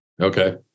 Okay